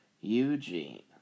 Eugene